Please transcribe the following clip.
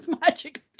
magic